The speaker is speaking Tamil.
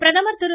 பிரதமர் திரு